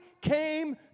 came